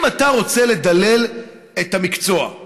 אם אתה רוצה לדלל את המקצוע,